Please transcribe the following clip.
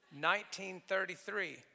1933